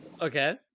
okay